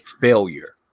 failure